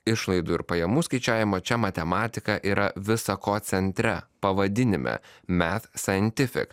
išlaidų ir pajamų skaičiavimo čia matematika yra visa ko centre pavadinime mef saentifik